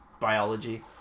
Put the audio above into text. biology